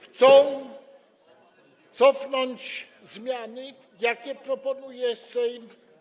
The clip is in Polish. Chcą cofnąć zmiany, jakie proponuje Sejm.